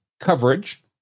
coverage